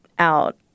out